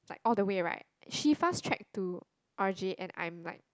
all the way right she fast track to R_J and I'm like